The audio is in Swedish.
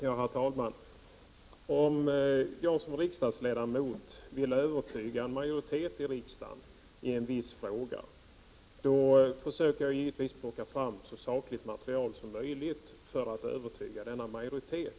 Herr talman! Om jag som riksdagsledamot vill övertyga en majoritet i riksdagen i en viss fråga försöker jag givetvis plocka fram så sakligt material som möjligt för att övertyga denna majoritet.